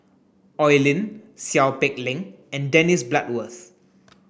Oi Lin Seow Peck Leng and Dennis Bloodworth